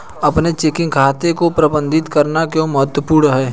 अपने चेकिंग खाते को प्रबंधित करना क्यों महत्वपूर्ण है?